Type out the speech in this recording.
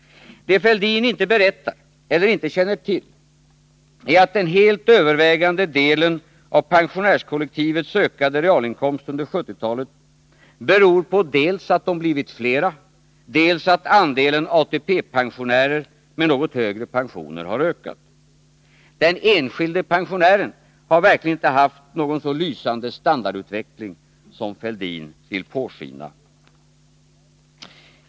Det herr Fälldin inte berättar, eller inte känner till, är att den helt övervägande delen av pensionärskollektivets ökade realinkomst under 1970-talet beror på dels att 29 pensionärerna har blivit fler, dels att andelen ATP-pensionärer med något högre pensioner har ökat. Den enskilde pensionären har verkligen inte haft någon så lysande standardutveckling som herr Fälldin vill låta påskina.